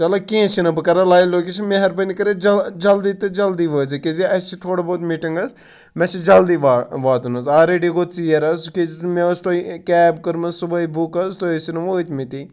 چلو کینٛہہ چھِنہٕ بہٕ کَرٕ لایِو لوکیشَن مہربٲنی کٔرِتھ جل جلدی تہٕ جلدی وٲتۍ زیو کیازِ اَسہِ چھِ تھوڑا بہت مِٹِنٛگ حظ مےٚ چھِ جلدی وا واتُن حظ آلرٮ۪ڈی گوٚو ژیر حظ کیازِ مےٚ ٲسۍ تۄہِہ کیب کٔرمٕژ صُبحٲے بُک حظ تُہۍ ٲسِو نہٕ وٲتۍ مٕتی